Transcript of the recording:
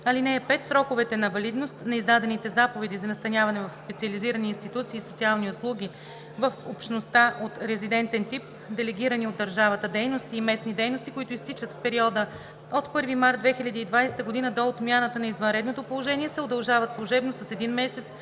(5) Сроковете на валидност на издадените заповеди за настаняване в специализирани институции и социални услуги в общността от резидентен тип, делегирани от държавата дейности и местни дейности, които изтичат в периода от 1 март 2020 г. до отмяната на извънредното положение, се удължават служебно с един месец